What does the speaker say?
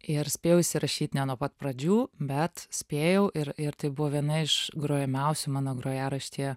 ir spėjau įsirašyt ne nuo pat pradžių bet spėjau ir ir tai buvo viena iš grojamiausių mano grojaraštyje